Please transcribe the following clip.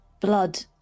blood